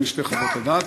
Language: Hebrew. בין שתי חוות הדעת.